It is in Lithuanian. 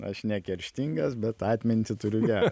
aš nekerštingas bet atmintį turiu gerą